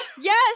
Yes